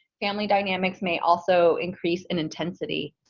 family dynamics may also increase in intensity.